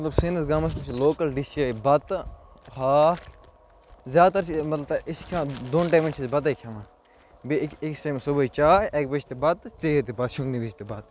مطلب سٲنِس گامَس منٛز چھِ لوکَل ڈِشے بَتہٕ ہاکھ زیادٕ تَر چھِ مطلب أسۍ چھِ کھی۪وان دۄن ٹایمن چھِ أسۍ بَتَے کھی۪وان بیٚیہِ أکِس أکِس ٹایمہٕ صُبحٲے چاے اَکہِ بَجہِ تہِ بَتہٕ ژیٖرۍ تہِ پتہٕ شۄنٛگنہِ وِزِ تہِ بَتہٕ